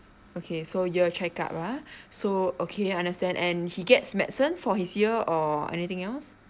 okay so ear check up ah so okay understand and he gets medicine for his ear or anything else